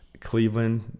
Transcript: Cleveland